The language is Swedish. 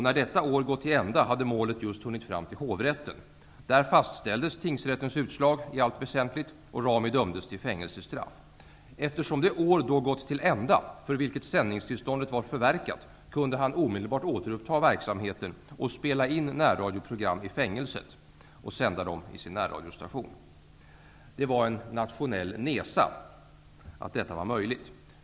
När detta år gått till ända hade målet just hunnit fram till hovrätten. Där fastställdes tingsrättens utslag i allt väsentligt och Rami dömdes till fängelsestraff. Eftersom det år då gått till ända, för vilket sändningstillståndet var förverkat, kunde han omdelbart återuppta verksamheten och spela in närradioprogram i fängelset och sända dem i sin närradiostation. Det är en nationell nesa att detta var möjligt.